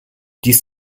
dies